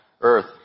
earth